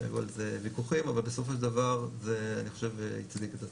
שהיו על זה ויכוחים אבל בסופו של דבר זה הצדיק את עצמו.